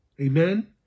Amen